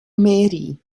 mairie